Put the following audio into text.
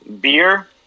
Beer